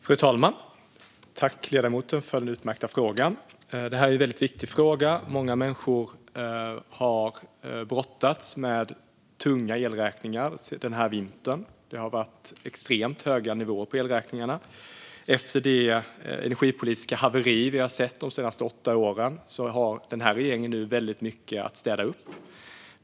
Fru talman! Tack, ledamoten, för den utmärkta frågan! Det här är en väldigt viktig fråga. Många människor har brottats med tunga elräkningar den här vintern. Det har varit extremt höga nivåer på elräkningarna. Efter det energipolitiska haveri vi har sett under de senaste åtta åren har den här regeringen nu mycket att städa upp.